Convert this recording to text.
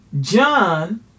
John